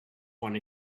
one